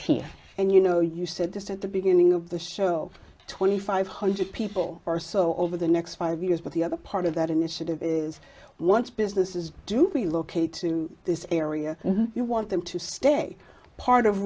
here and you know you said this at the beginning of the show twenty five hundred people or so over the next five years but the other part of that initiative is once businesses do relocate to this area you want them to stay part of